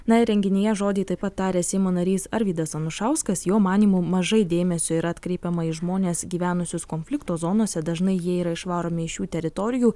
na ir renginyje žodį taip pat tarė seimo narys arvydas anušauskas jo manymu mažai dėmesio yra atkreipiama į žmones gyvenusius konflikto zonose dažnai jie yra išvaromi iš šių teritorijų